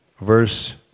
verse